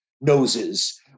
noses